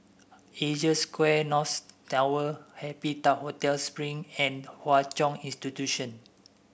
Asia Square North Tower Happy Tow Hotel Spring and Hwa Chong Institution